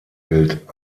gilt